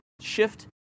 shift